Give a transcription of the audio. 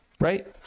right